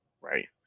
right